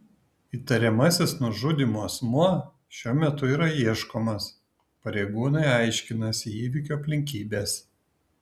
įtariamasis nužudymu asmuo šiuo metu yra ieškomas pareigūnai aiškinasi įvykio aplinkybes